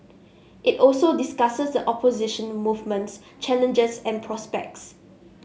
it also discusses opposition movement's challenges and prospects